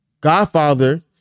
Godfather